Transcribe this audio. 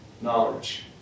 knowledge